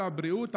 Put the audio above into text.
על הבריאות,